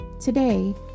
today